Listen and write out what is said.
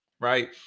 right